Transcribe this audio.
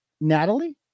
Natalie